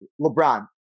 LeBron